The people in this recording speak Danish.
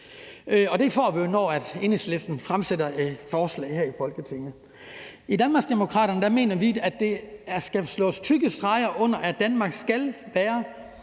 får vi jo, når Enhedslisten fremsætter sådan et forslag her i Folketinget. I Danmarksdemokraterne mener vi, at der skal slås tykke streger under, at Danmark skal være